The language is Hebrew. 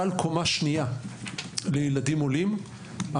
סל "קומה שנייה" לילדים עולים,